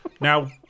Now